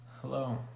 Hello